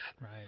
Right